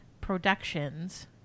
Productions